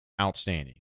outstanding